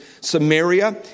Samaria